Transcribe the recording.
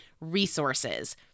resources